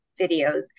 videos